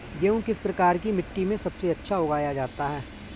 गेहूँ किस प्रकार की मिट्टी में सबसे अच्छा उगाया जाता है?